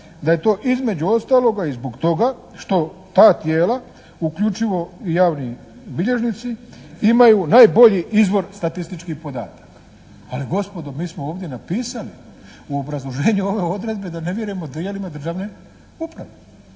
da je to između ostaloga i zbog toga što ta tijela uključuju i javni bilježnici imaju najbolji izvor statističkih podataka, ali gospodo mi smo ovdje napisali u obrazloženju ove odredbe da ne vjerujemo tijelima državne uprave,